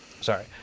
sorry